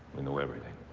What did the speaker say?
we know everything.